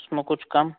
उसमें कुछ कम